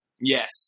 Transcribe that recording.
Yes